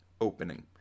opening